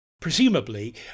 Presumably